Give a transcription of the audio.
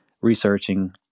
researching